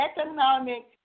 economic